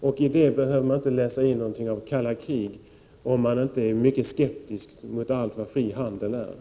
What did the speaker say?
I det behöver man inte läsa in någonting av kallt krig, om man inte är mycket skeptisk mot allt vad fri handel heter.